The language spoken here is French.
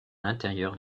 l’intérieur